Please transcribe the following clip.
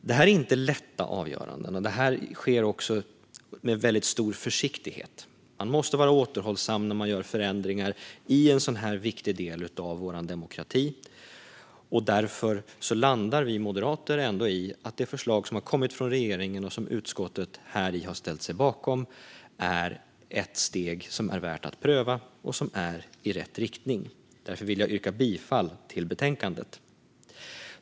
Detta är inte lätta avgöranden, och det sker också med mycket stor försiktighet. Man måste vara återhållsam när man gör förändringar i en så viktig del av vår demokrati. Därför landar vi moderater ändå i att det förslag som har kommit från regeringen och som utskottet har ställt sig bakom är ett steg som är värt att pröva och som är i rätt riktning. Därför yrkar jag bifall till förslaget i betänkandet.